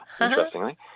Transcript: interestingly